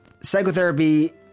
psychotherapy